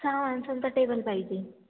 सहा माणसांचा टेबल पाहिजे